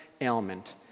ailment